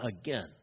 Again